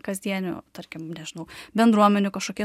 kasdienių tarkim nežinau bendruomenių kažkokie